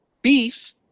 Beef